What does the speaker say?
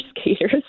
skaters